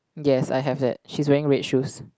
yes I have that she's wearing red shoes